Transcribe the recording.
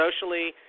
socially